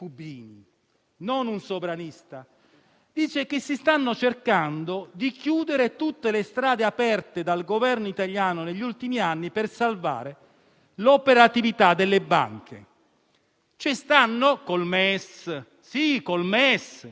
in Italia, qualcuno sospetta, che a Parigi si stia cercando di chiudere la scappatoia per i salvataggi in modo da gettare le basi di una nuova stagione di acquisizione di banche italiane in difficoltà da parte di Paribas,